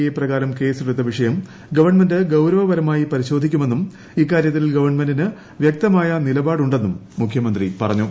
A പ്രപകാരം കേസെടുത്തവിഷയം ഗവൺമെന്റ്ഗൌരവപരമായി പരിശോധിക്കുമെന്നും ഇക്കാര്യത്തിൽ ഗ്വൺമെന്റിന് വ്യക്തമായ നിലപാടുണ്ടെന്നും മുഖ്യമന്ത്രി പറഞ്ഞു